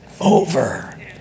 Over